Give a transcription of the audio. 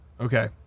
Okay